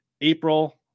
April